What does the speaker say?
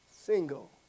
single